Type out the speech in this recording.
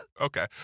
Okay